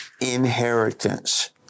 inheritance